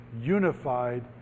unified